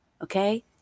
okay